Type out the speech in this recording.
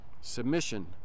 Submission